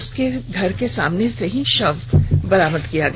उसके घर के सामने से शव बरामद किया गया